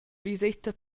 viseta